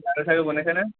লাড়ু চাড়ু বনাইছা নে